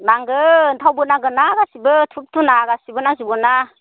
नांगोन थावबो नांगोनना गासिबो धुप धुना गासिबो नांजोबगोनना